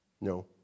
no